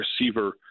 receiver